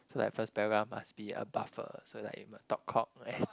so like first paragraph must be a buffer so like you might talk cock and